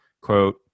Quote